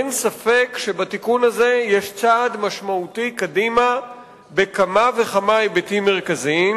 אין ספק שבתיקון הזה יש צעד משמעותי קדימה בכמה וכמה היבטים מרכזיים.